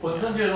ya